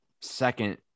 second